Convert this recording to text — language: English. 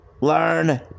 Learn